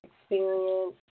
experience